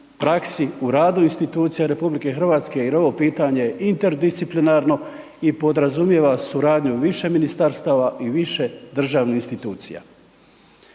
praksi, u radu institucija RH jer ovo pitanje je interdisciplinarno i podrazumijeva suradnju više ministarstava i više državnih institucija.